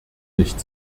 nicht